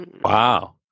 Wow